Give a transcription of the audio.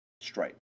stripe